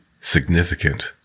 significant